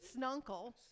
Snunkle